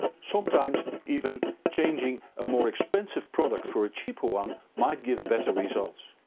sometimes even changing a more expensive product for a cheaper one might give better results.